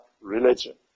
religion